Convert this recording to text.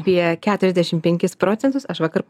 apie keturiasdešimt penkis procentus aš vakar